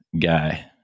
guy